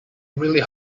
really